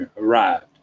arrived